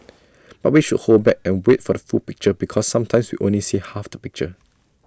but we should hold back and wait for the full picture because sometimes we only see half the picture